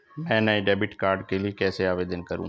मैं नए debit card के लिए कैसे आवेदन करूं?